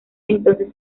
entonces